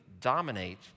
dominate